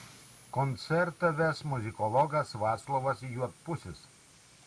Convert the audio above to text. koncertą ves muzikologas vaclovas juodpusis